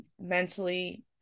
mentally